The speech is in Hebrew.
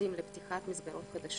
במכרזים לפתיחת מסגרות חדשות,